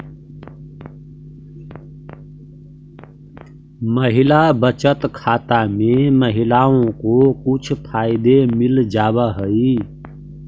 महिला बचत खाते में महिलाओं को कुछ फायदे मिल जावा हई